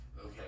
okay